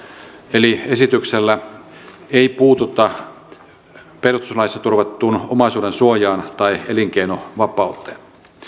eli esityksellä ei puututa perustuslaissa turvattuun omaisuudensuojaan tai elinkeinovapauteen